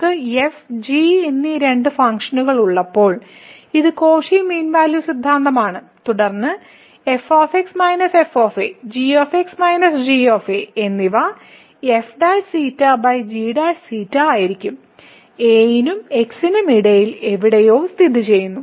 നമുക്ക് f g എന്നീ രണ്ട് ഫംഗ്ഷനുകൾ ഉള്ളപ്പോൾ ഇത് കോഷി മീൻ വാല്യൂ സിദ്ധാന്തമാണ് തുടർന്ന് f f g g എന്നിവ f ξ g ξ ആയിരിക്കും a നും x നും ഇടയിൽ എവിടെയോ സ്ഥിതിചെയ്യുന്നു